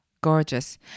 Gorgeous